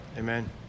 Amen